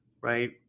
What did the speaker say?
right